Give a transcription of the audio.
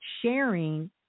sharing